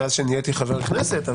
מאז שנהייתי חבר כנסת.